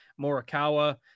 Morikawa